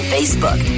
Facebook